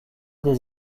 des